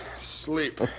Sleep